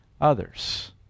others